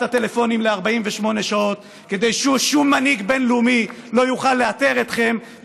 הטלפונים ל-48 שעות כדי ששום מנהיג בין-לאומי לא יוכל לאתר אתכם,